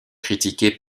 critiquées